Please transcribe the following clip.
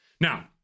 Now